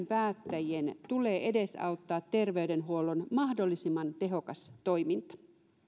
päättäjien tulee edesauttaa terveydenhuollon mahdollisimman tehokasta toimintaa